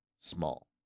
small